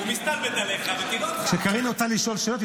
הוא מסתלבט עליך --- כשקארין רוצה לשאול שאלות,